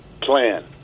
plan